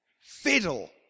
fiddle